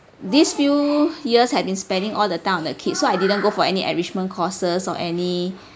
these few years have been spending all the time on the kids so I didn't go for any enrichment courses or any